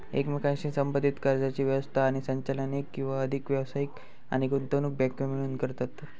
एकमेकांशी संबद्धीत कर्जाची व्यवस्था आणि संचालन एक किंवा अधिक व्यावसायिक आणि गुंतवणूक बँको मिळून करतत